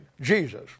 Jesus